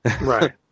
Right